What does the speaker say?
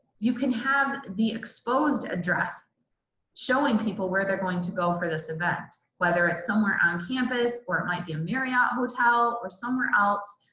you can have the exposed address showing people where they're going to go for this event, whether it's somewhere on campus or it might be a marriott hotel or somewhere else.